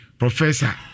professor